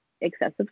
excessive